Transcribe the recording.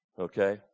Okay